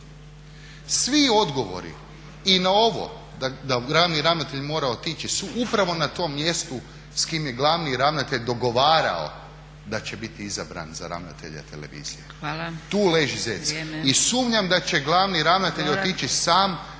Svi odgovori i na ovo da glavni ravnatelj mora otići su upravo na tom mjestu s kime je glavni ravnatelj dogovarao da će biti izabran za ravnatelja televizije. Tu leži zec. …/Upadica Zgrebec: Hvala.